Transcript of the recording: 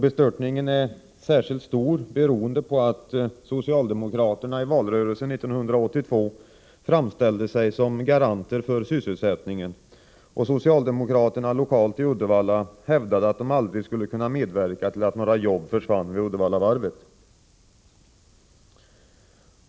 Bestörtningen är särskilt stor beroende på att socialdemokraterna i valrörelsen 1982 framställde sig som garanter för sysselsättningen, och socialdemokraterna hävdade lokalt i Uddevalla att de aldrig skulle kunna medverka till att några jobb försvann vid Uddevallavarvet.